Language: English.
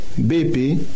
BP